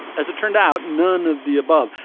as it turned out none of the above.